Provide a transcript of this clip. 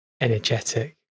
energetic